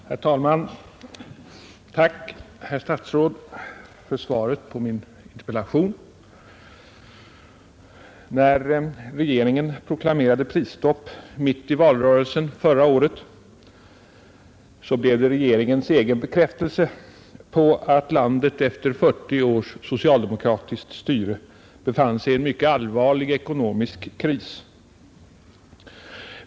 Herr talman! Tack, herr statsråd, för svaret på min interpellation. När regeringen proklamerade prisstopp mitt i valrörelsen förra året så blev det regeringens egen bekräftelse på att landet efter 40 års socialdemokratisk styrelse befann sig i en mycket allvarlig ekonomisk kris.